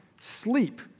sleep